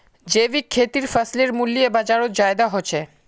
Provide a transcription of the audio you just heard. जैविक खेतीर फसलेर मूल्य बजारोत ज्यादा होचे